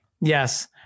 yes